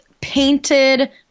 painted